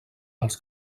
els